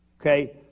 Okay